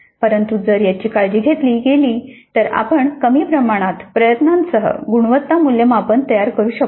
परंतु जर याची काळजी घेतली गेली तर आपण कमी प्रमाणात प्रयत्नांसह गुणवत्ता मूल्यमापन तयार करू शकतो